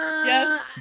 Yes